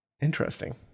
Interesting